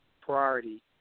priority